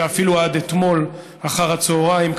ואפילו עד אתמול אחר הצוהריים,